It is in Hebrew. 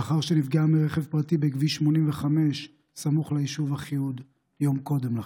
לאחר שנפגעה מרכב פרטי בכביש 85 סמוך ליישוב אחיהוד יום קודם לכן,